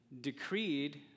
decreed